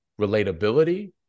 relatability